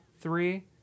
three